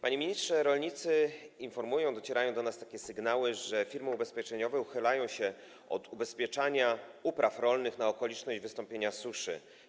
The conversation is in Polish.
Panie ministrze, rolnicy informują, docierają do nas takie sygnały, że firmy ubezpieczeniowe uchylają się od ubezpieczania upraw rolnych na okoliczność wystąpienia suszy.